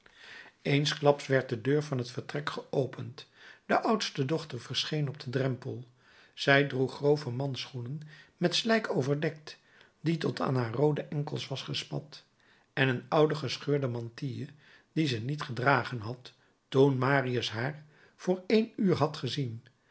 eensklaps werd de deur van het vertrek geopend de oudste dochter verscheen op den drempel zij droeg grove mansschoenen met slijk overdekt die tot aan haar roode enkels was gespat en een oude gescheurde mantille die ze niet gedragen had toen marius haar vr een uur had gezien